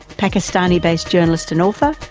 pakistan-based journalist and author,